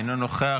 אינו נוכח.